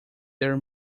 their